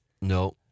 No